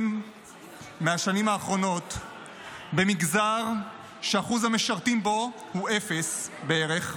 מהשנים האחרונות במגזר שאחוז המשרתים בו הוא אפס בערך.